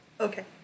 Okay